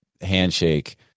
handshake